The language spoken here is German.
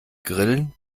grillen